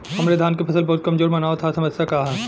हमरे धान क फसल बहुत कमजोर मनावत ह समस्या का ह?